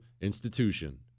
institution